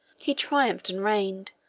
he triumphed and reigned